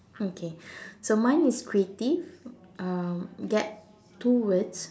okay so mine is creative um get two words